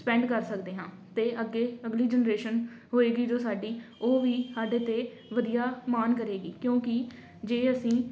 spend ਕਰ ਸਕਦੇ ਹਾਂ ਅਤੇ ਅੱਗੇ ਅਗਲੀ ਜਨਰੇਸ਼ਨ ਹੋਏਗੀ ਜੋ ਸਾਡੀ ਉਹ ਵੀ ਸਾਡੇ 'ਤੇ ਵਧੀਆ ਮਾਣ ਕਰੇਗੀ ਕਿਉਂਕਿ ਜੇ ਅਸੀਂ